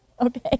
Okay